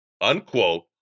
unquote